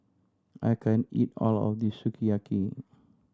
I can't eat all of this Sukiyaki